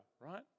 right